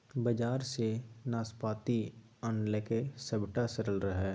बजार सँ नाशपाती आनलकै सभटा सरल रहय